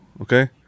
okay